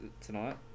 tonight